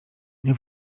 nie